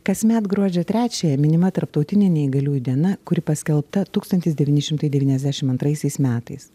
kasmet gruodžio trečiąją minima tarptautinė neįgaliųjų diena kuri paskelbta tūkstantis devyni šimtai devyniasdešim antraisiais metais